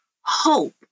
hope